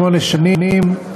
68 שנים,